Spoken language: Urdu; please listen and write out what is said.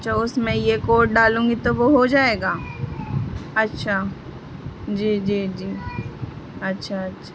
اچھا اس میں یہ کوڈ ڈالوں گی تو وہ ہو جائے گا اچھا جی جی جی اچھا اچھا